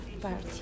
party